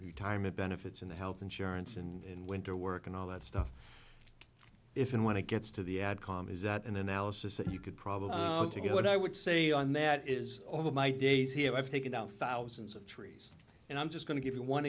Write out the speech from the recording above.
retirement benefits and health insurance and winter work and all that stuff if and when it gets to the ad com is that an analysis that you could probably get what i would say on that is all of my days here i've taken out thousands of trees and i'm just going to give you one